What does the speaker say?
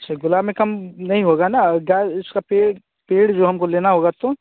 अच्छा गुलाब में कम नहीं होगा न उसका पेड़ पेड़ जो हमको लेना होगा तो